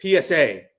PSA